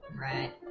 Right